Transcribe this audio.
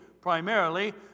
primarily